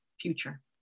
future